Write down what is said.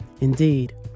Indeed